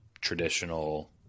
traditional